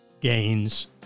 gains